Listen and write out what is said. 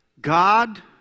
God